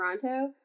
Toronto